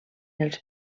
els